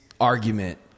argument